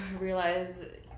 realize